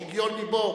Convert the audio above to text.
שיגיון לבו,